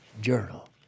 Journal